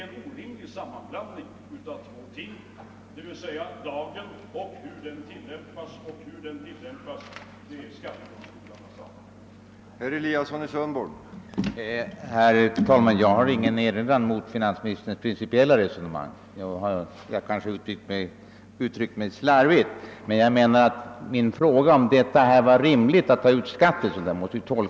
Och tilllämpningen är ju skattedomstolarnas sak.